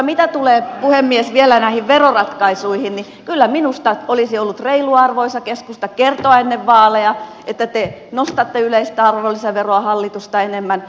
mitä tulee puhemies vielä näihin veroratkaisuihin niin kyllä minusta olisi ollut reilua arvoisa keskusta kertoa ennen vaaleja että te nostatte yleistä arvonlisäveroa hallitusta enemmän